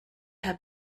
herr